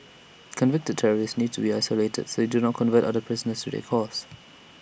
convicted terrorists need to be isolated so that they do not convert other prisoners to their cause